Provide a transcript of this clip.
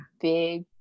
big